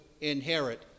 inherit